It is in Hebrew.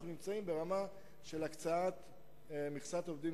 אנחנו נמצאים ברמה של הקצאת מכסת עובדים